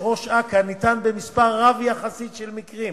ראש אכ"א ניתן במספר רב יחסית של מקרים.